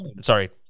Sorry